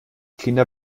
kinder